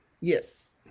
Yes